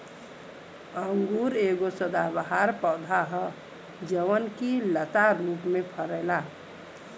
अंगूर एगो सदाबहार पौधा ह जवन की लता रूप में फरेला